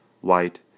white